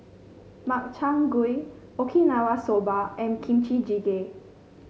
Makchang Gui Okinawa Soba and Kimchi Jjigae